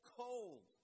cold